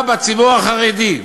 לפגיעה בציבור החרדי?